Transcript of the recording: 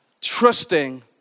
trusting